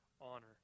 honor